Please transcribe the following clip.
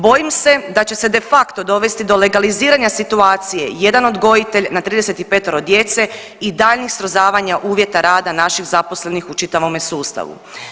Bojim se da će se de facto dovesti do legaliziranja situacije jedan odgojitelj na 35 djece i daljnjih srozavanja uvjeta rada naših zaposlenih u čitavome sustavu.